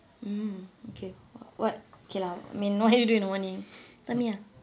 mm okay what okay lah I mean what you do in the morning tell me uh